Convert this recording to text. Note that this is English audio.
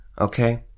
Okay